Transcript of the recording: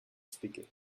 speaking